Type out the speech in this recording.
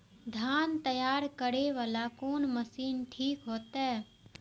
धान तैयारी करे वाला कोन मशीन ठीक होते?